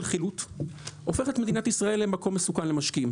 חילוט הופך את מדינת ישראל למקום מסוכן למשקיעים.